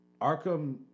Arkham